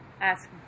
Ask